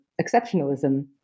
exceptionalism